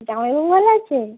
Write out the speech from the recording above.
জামাইবাবু ভালো আছে